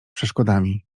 przeszkodami